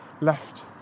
left